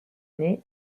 nez